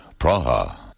Praha